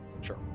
Sure